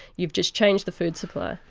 you've just changed the food supply.